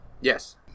Yes